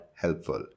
helpful